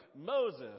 Moses